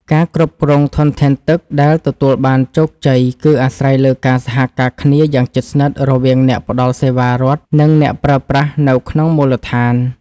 ការគ្រប់គ្រងធនធានទឹកដែលទទួលបានជោគជ័យគឺអាស្រ័យលើការសហការគ្នាយ៉ាងជិតស្និទ្ធរវាងអ្នកផ្តល់សេវារដ្ឋ និងអ្នកប្រើប្រាស់នៅក្នុងមូលដ្ឋាន។